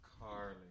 Carly